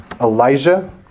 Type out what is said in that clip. Elijah